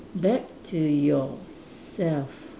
back to yourself